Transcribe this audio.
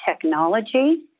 technology